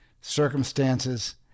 circumstances